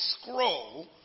scroll